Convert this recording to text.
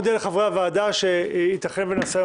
אני כבר מודיע לחברי הוועדה שיתכן שאחרי